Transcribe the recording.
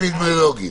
אפידמיולוגית.